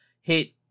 hit